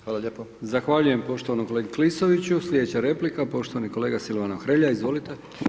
Hvala lijepo, zahvaljujem poštovanom kolegi Klisoviću, slijedeća replika poštovani kolega Silvano Hrelja, izvolite.